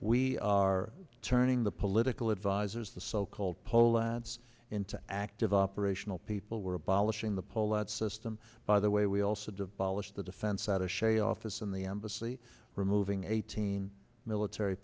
we are turning the political advisers the so called poland's into active operational people we're abolishing the pullout system by the way we all said to polish the defense attache office in the embassy removing eighteen military